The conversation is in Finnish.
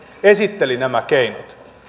esitteli nämä keinot